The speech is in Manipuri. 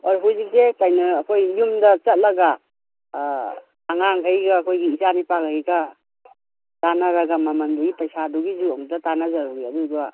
ꯍꯧꯖꯤꯛꯁꯦ ꯀꯩꯅꯣ ꯑꯩꯈꯣꯏ ꯌꯨꯝꯗ ꯆꯠꯂꯒ ꯑꯉꯥꯡꯈꯩꯒ ꯑꯩꯈꯣꯏꯒꯤ ꯏꯆꯥ ꯅꯨꯄꯥꯈꯩꯒ ꯇꯥꯟꯅꯔꯒ ꯃꯃꯟꯗꯨꯒꯤ ꯄꯩꯁꯥꯗꯨꯒꯤꯁꯨ ꯑꯝꯇ ꯇꯥꯟꯅꯖꯔꯨꯒꯦ ꯑꯗꯨꯒ